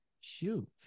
shoot